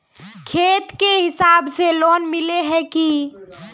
खेत के हिसाब से लोन मिले है की?